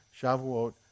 Shavuot